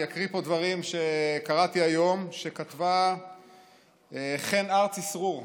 אני אקריא פה דברים שקראתי היום וכתבה חן ארצי-סרור,